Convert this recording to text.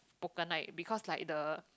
poker night because like the